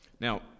Now